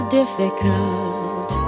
difficult